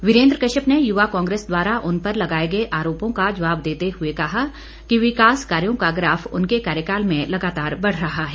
वीरेन्द्र कश्यप ने युवा कांग्रेस द्वारा उन पर लगाए गए आरोपों का जवाब देते हुए कहा कि विकास कार्यो का ग्राफ उनके कार्यकाल में लगातार बढ रहा है